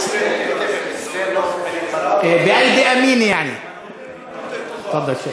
תפאדל, שיח'.